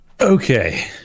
Okay